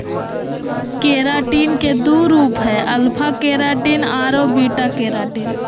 keratin के दो रूप हइ, अल्फा केराटिन आरो बीटा केराटिन